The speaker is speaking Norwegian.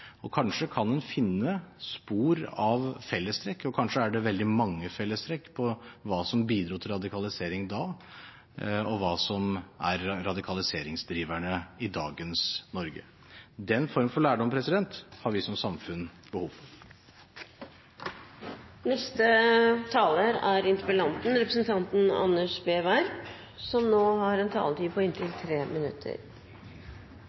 og kanskje kan en finne spor av fellestrekk, kanskje er det veldig mange fellestrekk mellom det som bidro til radikalisering da, og det som er radikaliseringsdriverne i dagens Norge. Den form for lærdom har vi som samfunn behov for. Jeg vil også rette en stor takk til statsråden for det svaret som